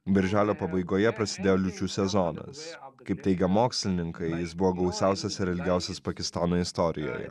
birželio pabaigoje prasidėjo liūčių sezonas kaip teigia mokslininkai jis buvo gausiausias ir ilgiausias pakistano istorijoje